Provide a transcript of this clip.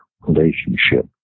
relationship